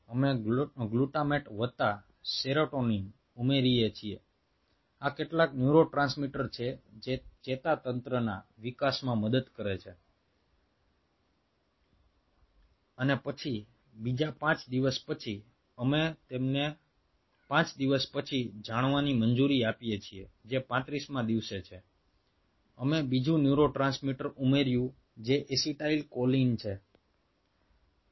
અમે ગ્લુટામેટ વત્તા સેરોટોનિન ઉમેરીએ છીએ આ કેટલાક ન્યુરોટ્રાન્સમીટર છે જે ચેતાતંત્રના વિકાસમાં મદદ કરે છે અને પછી બીજા 5 દિવસ પછી અમે તેમને તમને 5 દિવસ પછી જાણવાની મંજૂરી આપીએ છીએ જે 35 મા દિવસે છે અમે બીજું ન્યુરોટ્રાન્સમીટર ઉમેર્યું જે એસિટાઇલકોલાઇન છે